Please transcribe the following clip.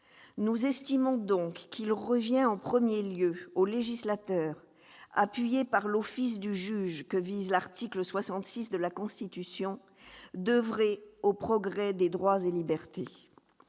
Nous estimons par conséquent qu'il revient en premier lieu au législateur, appuyé par l'office du juge, que vise l'article 66 de la Constitution, d'oeuvrer au progrès des droits et libertés.